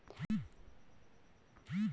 UPI सेवाओं के संबंध में क्या जानते हैं?